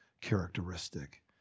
characteristic